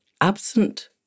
Absent